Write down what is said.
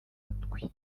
matwi